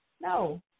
No